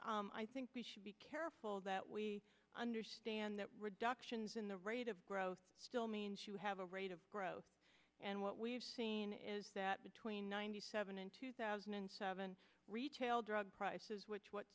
stats i think we should be careful that we understand that reduction in the rate of growth still means you have a rate of growth and what we've seen is that between ninety seven in two thousand and seven retail drug prices which what